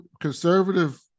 conservative